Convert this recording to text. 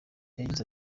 yagize